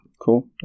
Cool